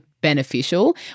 beneficial